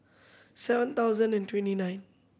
seven thousand and twenty nine